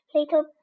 Little